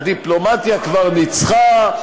הדיפלומטיה כבר ניצחה,